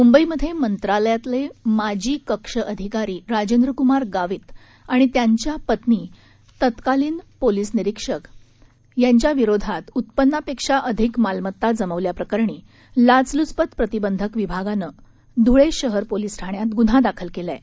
मुंबईमध्ये मंत्रालयातले माजी कक्ष अधिकारी राजेंद्रक्मार गावित आणि त्यांच्या पत्नी तत्कालीन पोलीस निरीक्षक इला गावित यांच्या विरोधात उत्पन्नापेक्षा अधिक मालमत्ता जमवल्या प्रकरणी लाचल्चपत प्रतिबंधक विभागानं ध्ळे शहर पोलीस ठाण्यात गुन्हा दाखल केला आहे